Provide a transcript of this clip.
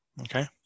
Okay